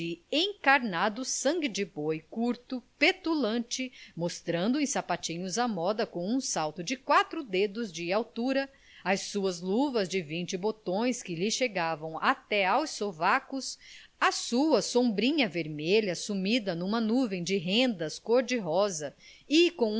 encarnado sangue de boi curto petulante mostrando uns sapatinhos à moda com um salto de quatro dedos de altura as suas lavas de vinte botões que lhe chegavam até aos sovacos a sua sombrinha vermelha sumida numa nuvem de rendas cor-de-rosa e com